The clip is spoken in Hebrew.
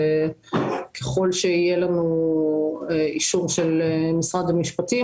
ככל שיהיה לנו אישור של משרד המשפטים